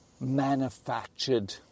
manufactured